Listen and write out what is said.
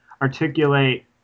articulate